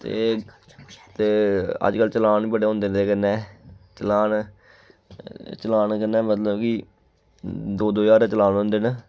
ते ते अज्जकल चलान बी बड़े होंदे न एह्दे कन्नै चलान चलान कन्नै मतलब कि दो दो ज्हारै दे चलान होंदे न